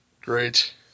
Great